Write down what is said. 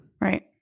Right